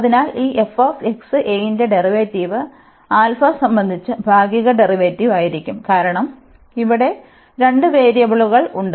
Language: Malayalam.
അതിനാൽ ഈ ന്റെ ഡെറിവേറ്റീവ് സംബന്ധിച്ച് ഭാഗിക ഡെറിവേറ്റീവ് ആയിരിക്കും കാരണം ഇവിടെ രണ്ട് വേരിയബിളുകൾ ഉണ്ട്